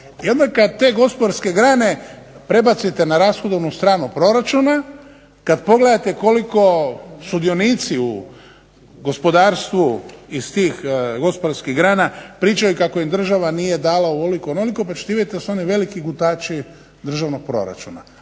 I onda kad te gospodarske grane prebacite na rashodovnu stranu proračuna, kad pogledate koliko sudionici u gospodarstvu iz tih gospodarskih grana pričaju kako im država nije dala ovoliko, onoliko pa ćete vidjeti da su oni veliki gutači državnog proračuna,